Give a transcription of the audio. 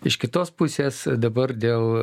iš kitos pusės dabar dėl